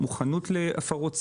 מוכנות להפרות סדר,